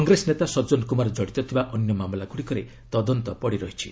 କଂଗ୍ରେସ ନେତା ସଜନ କୁମାର ଜଡ଼ିତ ଥିବା ଅନ୍ୟ ମାମଲାଗୁଡ଼ିକରେ ତଦନ୍ତ ପଡ଼ିରହିଛି